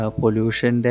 pollution